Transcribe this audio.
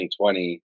2020